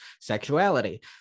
sexuality